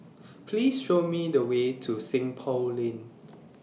Please Show Me The Way to Seng Poh Lane